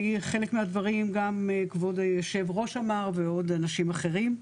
כי חלק מהדברים גם כבוד יושב הראש אמר ועוד אנשים אחרים.